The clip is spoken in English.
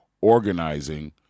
organizing